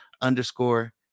underscore